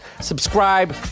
Subscribe